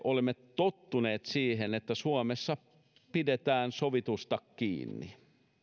olemme tottuneet siihen että suomessa pidetään sovitusta kiinni